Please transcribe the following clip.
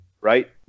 right